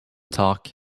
talk